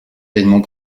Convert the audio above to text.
edmond